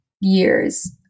years